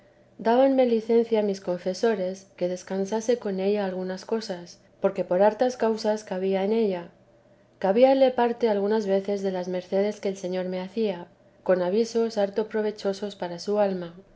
dábanme licencia mis confesores que descansase con ella algunas cosas porque por hartas causas cabía en ella cabíale parte algunas veces de las mercedes que el señor me hacía con avisos harto provechosos para su alma